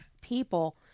people